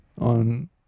on